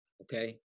Okay